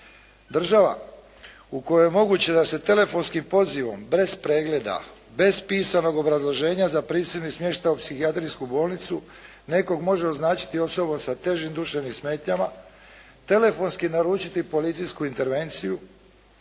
Država u kojoj je moguće da se telefonskim pozivom bez pregleda, bez pisanog obrazloženja za prisilni smještaj u psihijatrijsku bolnicu nekoga može označiti osobu sa težim duševnim smetnjama, telefonski naručiti policijsku intervenciju,